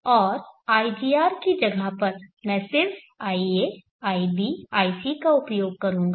और igr की जगह पर मैं सिर्फ ia ib ic का उपयोग करूंगा